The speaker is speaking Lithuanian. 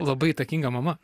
labai įtakinga mama